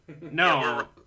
No